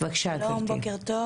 אני פעילה חברתית.